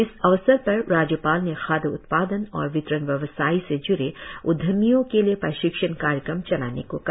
इस अवसर पर राज्यपाल ने खाद्य उत्पादन और वितरण व्यवसाय से जुड़े उदयमियों के लिए प्रशिक्षण कार्यक्रम चलाने को कहा